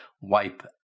wipe